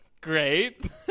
Great